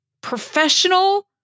professional